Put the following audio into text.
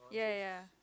ya ya